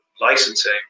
licensing